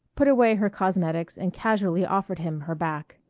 put away her cosmetics and casually offered him her back.